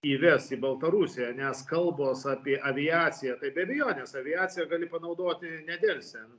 įves į baltarusiją nes kalbos apie aviaciją tai be abejonės aviaciją gali panaudoti nedelsian